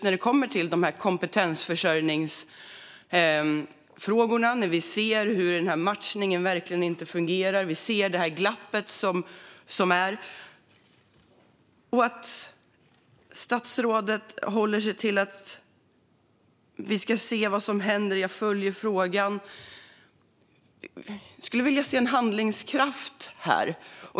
När det kommer till kompetensförsörjningsfrågorna ser vi hur matchningen verkligen inte fungerar. Vi ser det glapp som finns. Statsrådet säger att vi ska se vad som händer och att han följer frågan. Jag skulle vilja se en handlingskraft här.